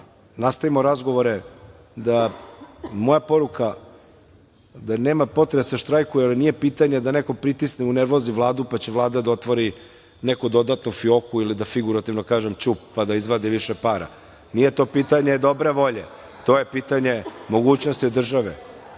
nastavimo razgovore. Moja poruka je da nema potrebe da se štrajkuje, jer nije pitanje da neko pritisne, unervozi Vladu, pa će Vlada da otvori neku dodatnu fioku ili, da figurativno kažem, ćup, pa da izvadi više para. Nije to pitanje dobre volje, to je pitanje mogućnosti države.Za